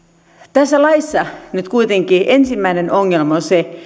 tässä laissa nyt kuitenkin ensimmäinen ongelma on se